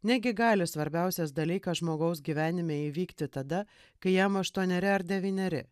negi gali svarbiausias dalykas žmogaus gyvenime įvykti tada kai jam aštuoneri ar devyneri